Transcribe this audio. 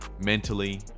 mentally